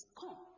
come